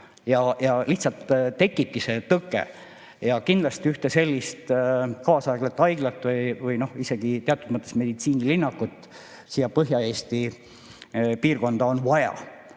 Ja lihtsalt tekibki see tõke. Kindlasti ühte sellist kaasaegset haiglat või isegi teatud mõttes meditsiinilinnakut siia Põhja-Eesti piirkonda on vaja.